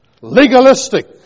legalistic